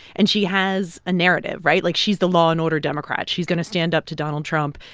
and she has a narrative, right? like, she's the law-and-order democrat. she's going to stand up to donald trump.